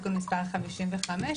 תיקון מס' 55,